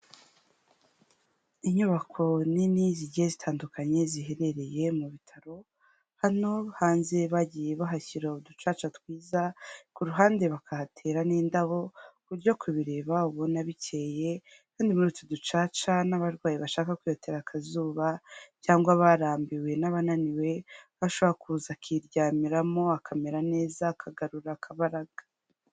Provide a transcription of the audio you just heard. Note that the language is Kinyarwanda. Inyubako nini zigiye zitandukanye ziherereye mu bitaro, hano hanze bagiye bahashyira uducaca twiza ku ruhande bakahatera n'indabo, ku buryo kubireba ubona bikeye kandi muri utu ducaca n'abarwayi bashaka kwiyotera akazuba cyangwa abarambiwe n'abananiwe, aba ashobora kuza akiryamiramo, akamera neza, akagarura akabaraga.